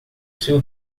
seu